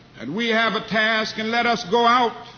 and we have a task, and let us go out